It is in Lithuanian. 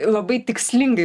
labai tikslingai